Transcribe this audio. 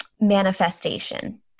manifestation